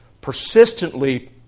persistently